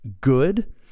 good